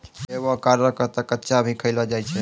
avocado क तॅ कच्चा भी खैलो जाय छै